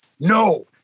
No